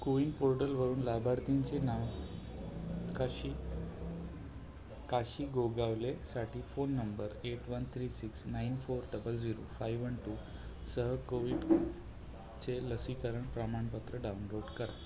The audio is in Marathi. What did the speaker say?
को विन पोर्टलवरून लाभार्थींचे नाव काशी काशी गोगावलेसाठी phone number eight one three six nine four double zero five one two सह कोविड चे लसीकरण प्रमाणपत्र डाउनलोड करा